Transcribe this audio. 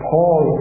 Paul